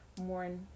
more